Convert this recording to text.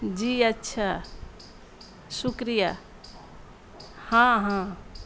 جی اچھا شکریہ ہاں ہاں